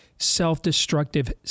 self-destructive